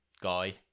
guy